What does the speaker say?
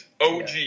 OG